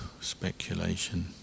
speculation